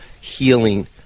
healing